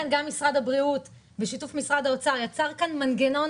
משרד הבריאות יחד עם משרד האוצר יצר כאן מנגנון